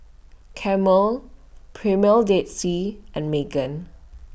Camel Premier Dead Sea and Megan